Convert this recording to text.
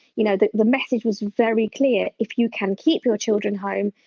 you know the the message was very clear, if you can keep your children home,